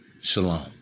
Shalom